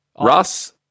Russ